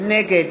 נגד